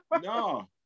no